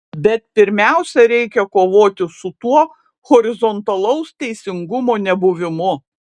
bet pirmiausia reikia kovoti su tuo horizontalaus teisingumo nebuvimu